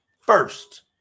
first